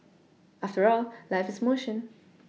after all life is motion